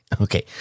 Okay